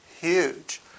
huge